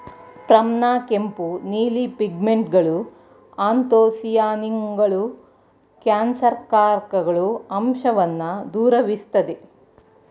ಪ್ಲಮ್ನ ಕೆಂಪು ನೀಲಿ ಪಿಗ್ಮೆಂಟ್ಗಳು ಆ್ಯಂಥೊಸಿಯಾನಿನ್ಗಳು ಕ್ಯಾನ್ಸರ್ಕಾರಕ ಅಂಶವನ್ನ ದೂರವಿರ್ಸ್ತದೆ